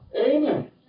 Amen